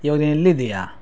ಇವಾಗ ನೀನು ಎಲ್ಲಿದ್ದೀಯಾ